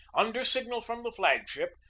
under signal from the flag-ship,